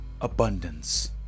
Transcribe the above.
abundance